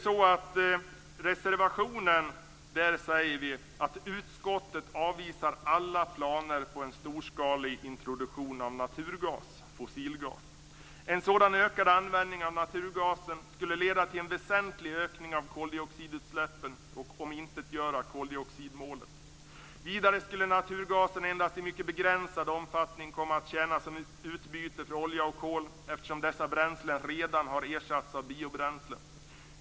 I reservationen säger vi: "Utskottet avvisar alla planer på en storskalig introduktion av naturgas . En sådan ökad användning av naturgasen skulle leda till en väsentlig ökning av koldioxidutsläppen och omintetgöra koldioxidmålet. Vidare skulle naturgasen endast i mycket begränsad omfattning komma att tjäna som utbyte för olja och kol eftersom dessa bränslen redan har ersatts av biobränslen.